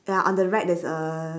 ya on the right there's a